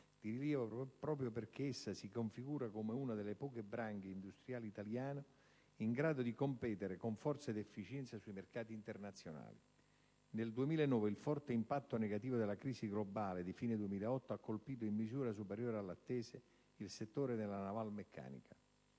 rilievo, proprio perché essa si configura come una delle poche branche industriali italiane in grado di competere con forza ed efficienza sui mercati internazionali. Nel 2009 il forte impatto negativo della crisi globale di fine 2008 ha colpito in misura superiore alla attese il settore della navalmeccanica.